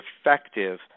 effective